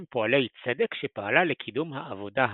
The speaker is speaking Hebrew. "פועלי צדק" שפעלה לקידום העבודה העברית.